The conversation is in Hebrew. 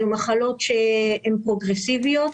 אלו מחלות שהם פרוגרסיביות,